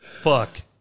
Fuck